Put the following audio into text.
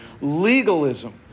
Legalism